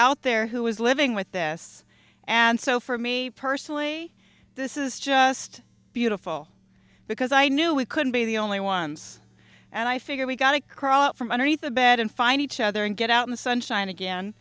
out there who was living with this and so for me personally this is just beautiful because i knew we couldn't be the only ones and i figure we got to crawl out from underneath the bed and find each other and get out in the sunshine again